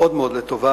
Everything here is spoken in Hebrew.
מאוד מאוד לטובה,